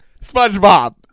Spongebob